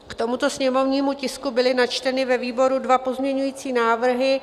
K tomuto sněmovnímu tisku byly načteny ve výboru dva pozměňující návrhy.